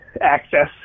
access